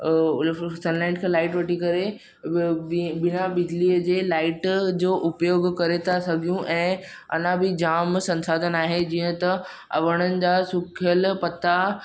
sunlight खां light वठी करे बि बिना बिजलीअ जे लाइट जो उपयोगु करे था सघूं ऐं अञा बि जामु संसाधन आहे जीअं त वण जा सुकियल पता